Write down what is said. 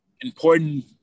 important